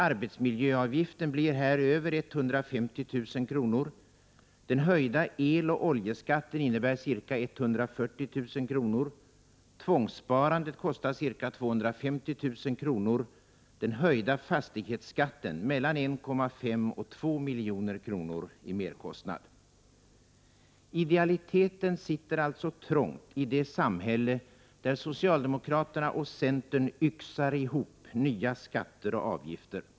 Arbetsmiljöavgiften blir här över 150 000 kr., den höjda eloch oljeskatten innebär ca 140 000 kr., tvångssparandet kostar ca 250 000 kr. och den höjda fastighetsskatten mellan 1,5 och 2 milj.kr. i merkostnad. Idealiteten sitter alltså trångt i det samhälle där socialdemokraterna och centern yxar ihop nya skatter och avgifter.